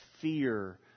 fear